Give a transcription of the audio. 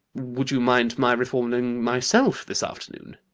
would you mind my reforming myself this afternoon?